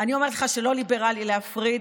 אני אומרת לך שלא ליברלי להפריד,